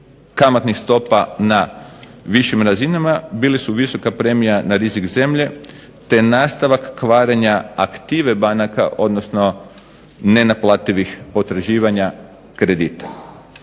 kamatnih stopa na višim razinama bili su visoka premija na rizik zemlje, te nastavak kvarenja aktive banaka odnosno nenaplativih potraživanja kredita.